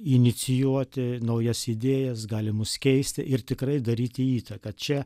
inicijuoti naujas idėjas gali mus keisti ir tikrai daryti įtaką čia